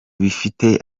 bifite